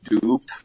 duped